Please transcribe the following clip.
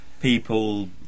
people